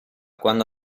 quando